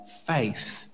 faith